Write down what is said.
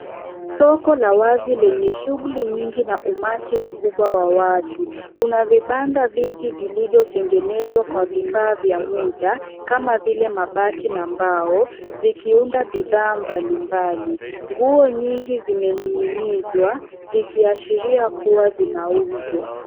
Soko la wazi lenye shughuli nyingi na umati mkubwa wa watu. Kuna vibanda vingi vilivyo tengenezwa kwa vifaa vya muda mama vile mabati na mbao zikiunda bidhaa mbalimbali. Nguo nyingi zimening'inizwa zikiashiria kua zina uzwa.